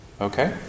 okay